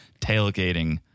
tailgating